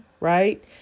Right